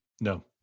No